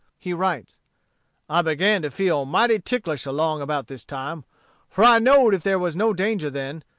he writes i began to feel mighty ticklish along about this time for i knowed if there was no danger then,